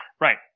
Right